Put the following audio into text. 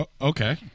Okay